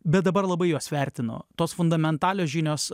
bet dabar labai juos vertinu tos fundamentalios žinios